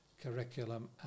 curriculum